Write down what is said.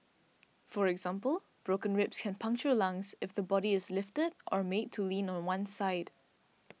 for example broken ribs can puncture lungs if the body is lifted or made to lean on one side